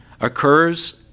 occurs